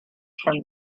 from